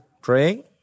praying